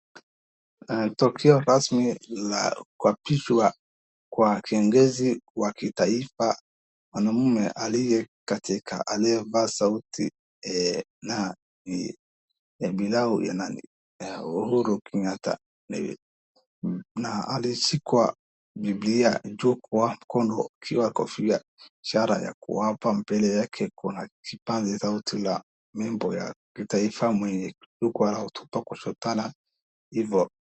Tokeo rasmi la kuapishwa kwa kiongozi wa kitaifa mwanaume aliyevaa suti, Uhuru Kenyatta, na alishika bibilia juu kwa mkono bila kofia ishara ya kuapa. Mbele yake kuna kipaza sauti na nyimbo ya taifa.